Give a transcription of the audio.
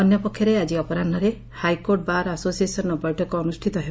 ଅନ୍ୟପକ୍ଷରେ ଆକି ଅପରାହରେ ହାଇକୋର୍ଟ ବାର୍ ଆସୋସିଏସନ୍ର ବୈଠକ ଅନୁଷ୍ଠିତ ହେବ